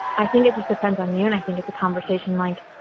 i think it just depends on you, and i think it's a conversation like.